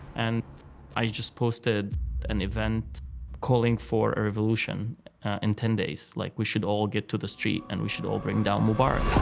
and i just posted an event calling for a revolution in ten days, like we should all get to the street and we should all bring down mubarak.